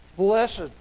Blessed